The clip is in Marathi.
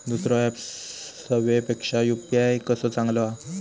दुसरो ऍप सेवेपेक्षा यू.पी.आय कसो चांगलो हा?